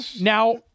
Now